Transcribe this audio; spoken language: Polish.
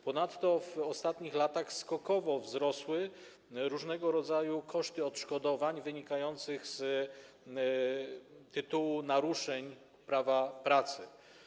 Ponadto w ostatnich latach skokowo wzrosły różnego rodzaju koszty odszkodowań wynikających z tytułu naruszeń prawa pracy.